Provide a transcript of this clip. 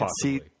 See